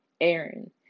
Aaron